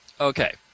Okay